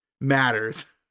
matters